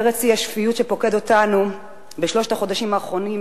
פרץ האי-שפיות שפוקד אותנו בשלושת החודשים האחרונים,